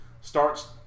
starts